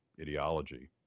ideology